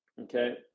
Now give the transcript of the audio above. okay